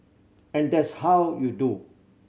and that's how you do